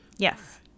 Yes